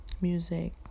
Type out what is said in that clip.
music